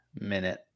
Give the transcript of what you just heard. minute